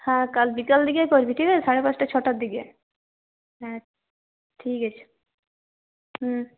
হাঁ কাল বিকাল দিকেই করবি ঠিক আছে সাড়ে পাঁচটা ছটার দিকে হুম ঠিক আছে হুম